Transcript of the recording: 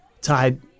tied